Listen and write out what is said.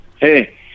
Hey